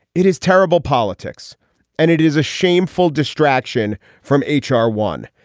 it is terrible politics and it is a shameful distraction from h r. one.